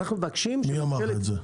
אנחנו מבקשים --- מי אמר לך את זה?